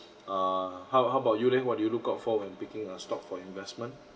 err how how about you then what do you look out for when picking a stock for investment